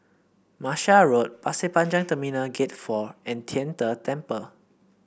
Martia Road Pasir Panjang Terminal Gate Four and Tian De Temple